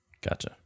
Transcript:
Gotcha